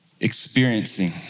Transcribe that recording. experiencing